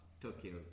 Tokyo